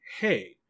Hey